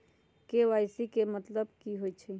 KYC के कि मतलब होइछइ?